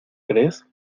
crees